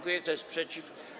Kto jest przeciw?